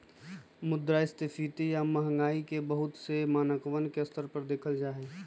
मुद्रास्फीती या महंगाई के बहुत से मानकवन के स्तर पर देखल जाहई